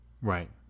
Right